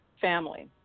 family